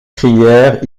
crièrent